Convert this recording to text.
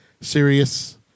serious